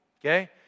okay